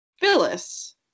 Phyllis